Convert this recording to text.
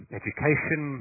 education